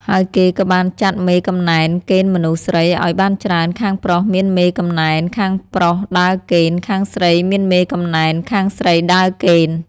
ហើយគេក៏បានចាត់មេកំណែន កេណ្ឌមនុស្សស្រីឲ្យបានច្រើន ខាងប្រុសមានមេកំណែន ខាងប្រុសដើរកេណ្ឌ ខាងស្រីមានមេកំណែន ខាងស្រីដើរកេណ្ឌ។